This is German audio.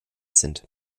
sind